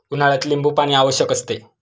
उन्हाळ्यात लिंबूपाणी आवश्यक असते